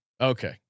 Okay